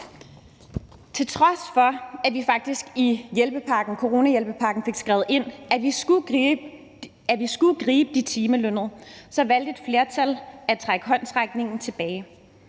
Til trods for at vi faktisk i coronahjælpepakken fik skrevet ind, at vi skulle gribe de timelønnede, valgte et flertal at trække håndsrækningen tilbage.